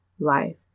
life